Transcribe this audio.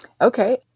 Okay